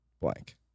blank